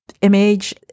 image